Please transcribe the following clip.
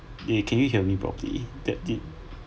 eh can you hear me properly that did